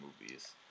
movies